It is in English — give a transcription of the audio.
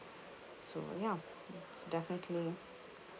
so ya it's definitely